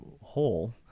hole